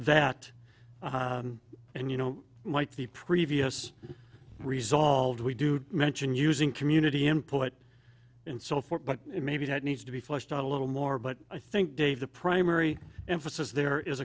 that and you know like the previous resolved we do mention using community input and so forth but maybe that needs to be fleshed out a little more but i think dave the primary emphasis there is